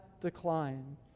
decline